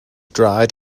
dried